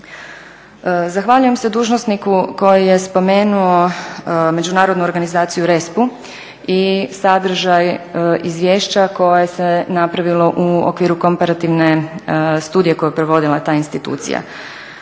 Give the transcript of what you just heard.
Zahvaljujem se dužnosniku koji je spomenuo međunarodnu organizaciju RESP-u i sadržaj izvješća koje se napravilo u okviru komparativne studije koju je provodila ta institucija.